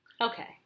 Okay